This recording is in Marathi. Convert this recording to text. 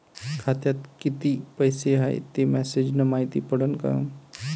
खात्यात किती पैसा हाय ते मेसेज न मायती पडन का?